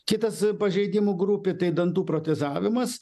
kitas pažeidimų grupė tai dantų protezavimas